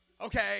okay